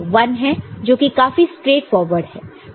तो यह 1 है जो कि काफी स्ट्रेटफारवर्ड है